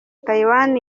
taiwan